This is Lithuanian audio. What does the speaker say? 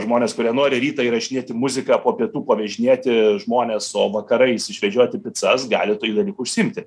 žmonės kurie nori rytą įrašinėti muziką o po pietų pavežinėti žmones o vakarais išvežioti picas gali tuo dalyku užsiimti